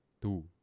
Two